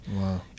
Wow